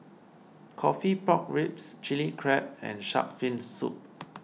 Coffee Pork Ribs Chilli Crab and Shark's Fin Soup